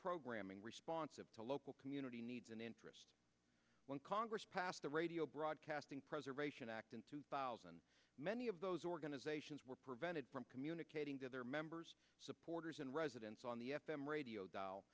programming responsive to local community needs and interests when congress passed the radio broadcasting preservation act in two thousand many of those organizations were prevented from communicating to their members supporters and residents on the f m radio dial